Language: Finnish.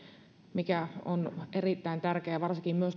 mikä on erittäin tärkeä varsinkin